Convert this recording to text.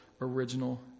original